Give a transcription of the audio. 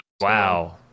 Wow